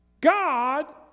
God